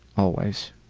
always.